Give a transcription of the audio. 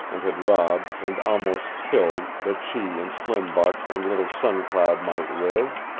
and had robbed and almost killed, that she and slim buck and little sun cloud might live.